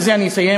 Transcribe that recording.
בזה אני אסיים,